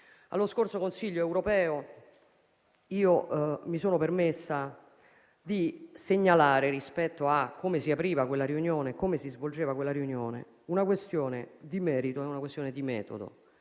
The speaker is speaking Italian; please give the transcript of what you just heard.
Allo scorso Consiglio europeo, mi sono permessa di segnalare, rispetto a come si apriva e come si svolgeva quella riunione, una questione di merito e una questione di metodo,